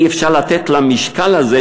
אי-אפשר לתת את המשקל הזה,